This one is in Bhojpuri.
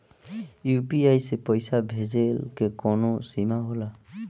यू.पी.आई से पईसा भेजल के कौनो सीमा होला?